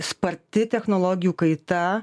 sparti technologijų kaita